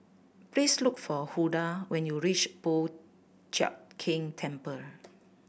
please look for Hulda when you reach Po Chiak Keng Temple